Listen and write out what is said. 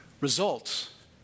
Results